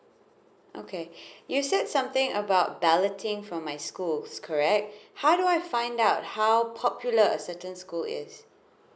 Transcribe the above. okay you said something about balloting from my school correct how do I find out how popular a certain school is